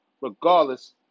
regardless